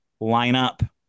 lineup